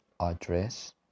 Address